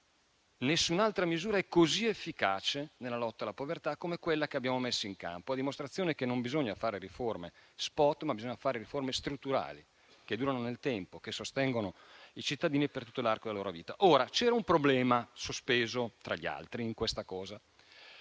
Nessun'altra misura è così efficace nella lotta alla povertà come quella che abbiamo messo in campo, a dimostrazione che non bisogna fare riforme *spot*, ma strutturali, che durino nel tempo, che sostengano i cittadini per tutto l'arco della loro vita. C'era un problema in sospeso, tra gli altri, che non